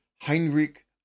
Heinrich